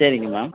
சரிங்க மேம்